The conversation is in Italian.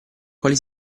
quali